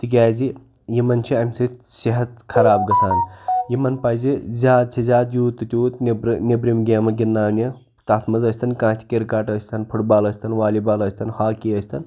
تِکیٛازِ یِمن چھِ اَمہِ سۭتۍ صحت خراب گژھان یِمن پَزِ زیادٕ سے زیادٕ یوٗت تہِ تیوٗت نیٚبرٕ نیٚبرِم گیمہٕ گِنٛدناونہِ تَتھ منٛز ٲسۍ تن کانہہ تہِ کِرکٹ ٲسۍ تن فُٹ بال ٲسۍ تن والی بال ٲسۍ تن ہاکی ٲسۍ تن